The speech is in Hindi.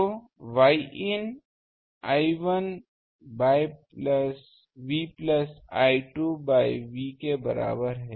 तो Yin I1 by V plus I2 by V के बराबर है